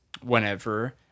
whenever